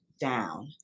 down